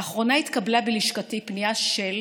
לאחרונה התקבלה בלשכתי פנייה על